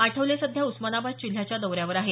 आठवले सध्या उस्मानाबाद जिल्ह्याच्या दौऱ्यावर आहेत